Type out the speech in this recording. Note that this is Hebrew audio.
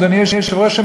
אדוני היושב-ראש,